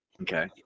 Okay